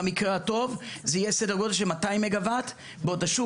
במקרה הטוב זה יהיה סדר גודל של 200 מגה וואט בעוד השוק,